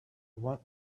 want